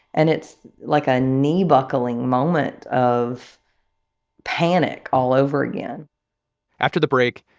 and it's, like, a knee-buckling moment of panic all over again after the break,